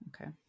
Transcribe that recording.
okay